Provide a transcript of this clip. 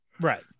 Right